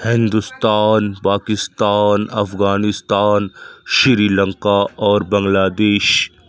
ہندوستان پاکستان افغانستان سری لنکا اور بنگلہ دیش